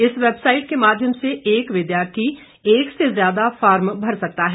इस वैबसाईट के माध्यम से एक विद्यार्थी एक से ज्यादा फार्म भर सकता है